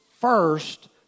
first